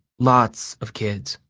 lots of kids.